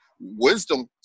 wisdom